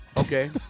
Okay